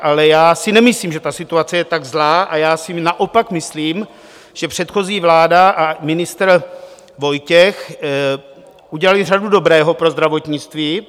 Ale já si nemyslím, že ta situace je tak zlá, a já si naopak myslím, že předchozí vláda a ministr Vojtěch udělali řadu dobrého pro zdravotnictví.